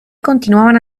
continuavano